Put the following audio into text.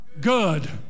good